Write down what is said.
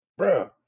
Bruh